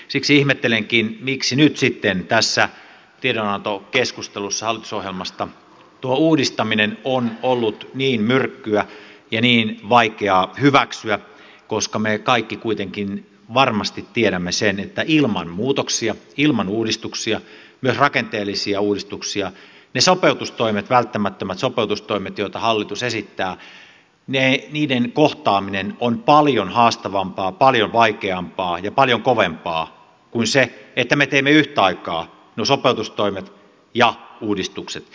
siksi ihmettelenkin miksi nyt sitten tässä tiedonantokeskustelussa hallitusohjelmasta tuo uudistaminen on ollut niin myrkkyä ja niin vaikeaa hyväksyä koska me kaikki kuitenkin varmasti tiedämme sen että ilman muutoksia ilman uudistuksia myös rakenteellisia uudistuksia niiden sopeutustoimien välttämättömien sopeutustoimien joita hallitus esittää kohtaaminen on paljon haastavampaa paljon vaikeampaa ja paljon kovempaa kuin jos me teemme yhtä aikaa nuo sopeutustoimet ja uudistukset